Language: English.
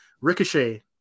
ricochet